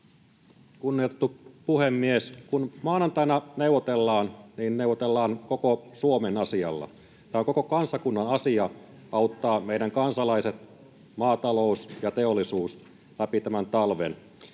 Kunnioitettu puhemies! Kun maanantaina neuvotellaan, niin neuvotellaan koko Suomen asialla. On koko kansakunnan asia auttaa meidän kansalaiset, maatalous ja teollisuus läpi tämän talven.